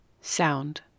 Sound